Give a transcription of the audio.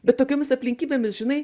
bet tokiomis aplinkybėmis žinai